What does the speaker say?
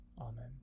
Amen